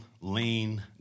lean